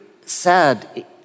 sad